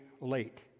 late